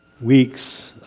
weeks